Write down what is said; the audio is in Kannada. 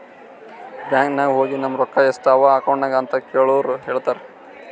ಬ್ಯಾಂಕ್ ನಾಗ್ ಹೋಗಿ ನಮ್ ರೊಕ್ಕಾ ಎಸ್ಟ್ ಅವಾ ಅಕೌಂಟ್ನಾಗ್ ಅಂತ್ ಕೇಳುರ್ ಹೇಳ್ತಾರ್